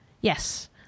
Yes